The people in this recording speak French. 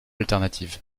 alternative